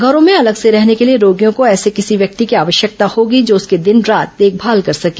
घरों में अलग से रहने के लिए रोगियों को किसी ऐसे व्यक्ति की आवश्यकता होगी जो उसकी दिन रात देखभाल कर सके